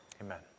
Amen